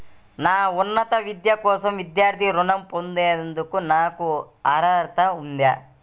నా ఉన్నత విద్య కోసం విద్యార్థి రుణం పొందేందుకు నాకు అర్హత ఉందా?